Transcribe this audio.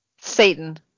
Satan